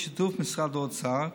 בשיתוף משרד האוצר,